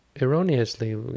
erroneously